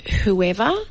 whoever